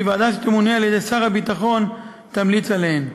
וכי ועדה שתמונה על-ידי שר הביטחון תמליץ עליהן.